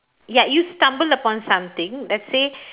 ya you stumbled upon something let's say